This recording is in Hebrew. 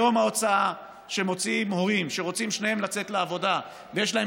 היום ההוצאה שמוציאים הורים שרוצים שניהם לצאת לעבודה ויש להם